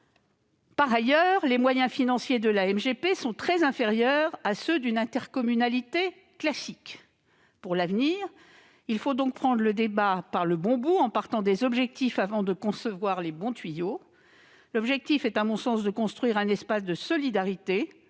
Ensuite, les moyens financiers de la MGP sont très inférieurs à ceux d'une intercommunalité classique. Pour l'avenir, il faut donc prendre le débat par le bon bout en partant des objectifs avant de concevoir les bons tuyaux. L'objectif est, à mon sens, de construire un espace de solidarité,